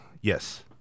Yes